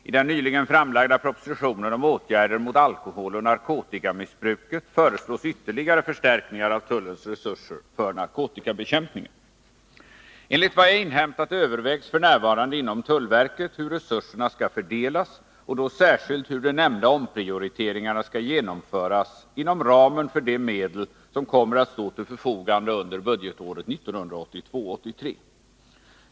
I den nyligen framlagda propositionen om åtgärder mot alkoholoch narkotikamissbruket föreslås ytterligare förstärkningar av tullens resurser för narkotikabekämpningen. Enligt vad jag inhämtat övervägs f. n. inom tullverket hur resurserna skall fördelas och då särskilt hur de nämnda omprioriteringarna skall genomföras inom ramen för de medel som kommer att stå till förfogande under budgetåret 1982/83.